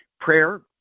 prayer